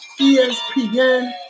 ESPN